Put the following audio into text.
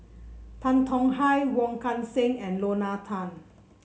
Tan Tong Hye Wong Kan Seng and Lorna Tan